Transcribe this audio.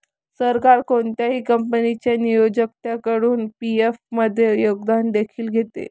सरकार कोणत्याही कंपनीच्या नियोक्त्याकडून पी.एफ मध्ये योगदान देखील घेते